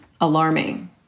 alarming